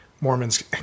Mormons